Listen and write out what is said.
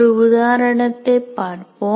ஒரு உதாரணத்தைப் பார்ப்போம்